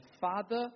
Father